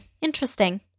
interesting